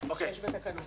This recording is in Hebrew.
שיש בתקנות.